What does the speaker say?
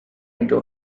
into